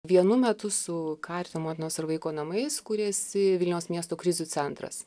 vienu metu su karitos motinos ar vaiko namais kūrėsi vilniaus miesto krizių centras